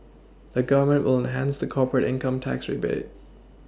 the Government will enhance the corporate income tax rebate